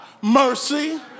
Mercy